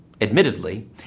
admittedly